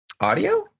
Audio